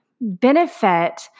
benefit